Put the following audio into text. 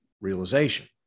realization